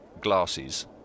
glasses